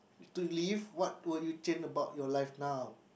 to live what will you gain about your life now